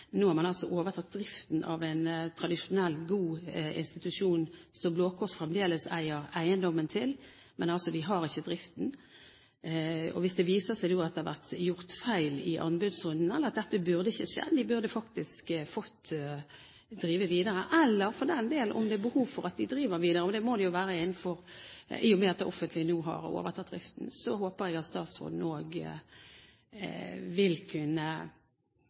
nå har man altså overtatt driften av en tradisjonell, god institusjon, som Blå Kors fremdeles eier eiendommen til, men de har ikke driften. Hvis det viser seg at det her er blitt gjort feil i anbudsrunden, at dette ikke burde ha skjedd, at de faktisk burde fått drive videre – eller for den del at det er behov for at de driver videre, og det må det jo være i og med at det offentlige nå har overtatt driften – så håper jeg at statsråden vil kunne